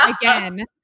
again